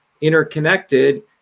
interconnected